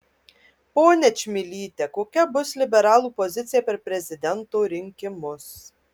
ponia čmilyte kokia bus liberalų pozicija per prezidento rinkimus